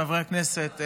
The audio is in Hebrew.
חברי הכנסת,